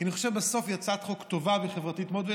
כי אני חושב שבסוף היא הצעת חוק טובה וחברתית מאוד,